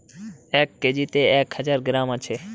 এক কেজিতে এক হাজার গ্রাম আছে